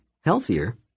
Healthier